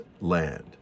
land